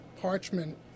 parchment